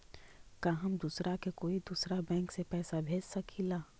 का हम दूसरा के कोई दुसरा बैंक से पैसा भेज सकिला?